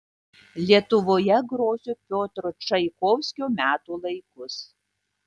lietuvoje grosiu piotro čaikovskio metų laikus